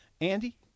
Andy